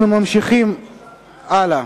אנחנו ממשיכים הלאה.